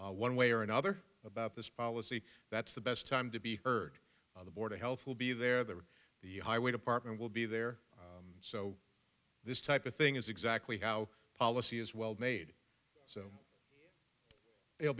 one way or another about this policy that's the best time to be heard by the board of health will be there that the highway department will be there so this type of thing is exactly how policy is well made